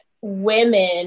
women